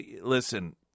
listen